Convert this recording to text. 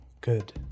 Good